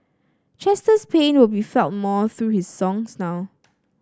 Chester's pain will be felt more through his songs now